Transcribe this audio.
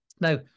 Now